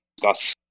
discuss